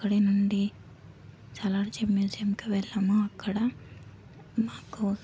అక్కడి నుండి సాలార్జంగ్ మ్యూజియంకి వెళ్ళాము అక్కడ మా కోసం